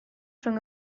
rhwng